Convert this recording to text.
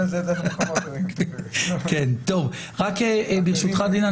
רק ברשותך דין,